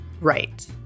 right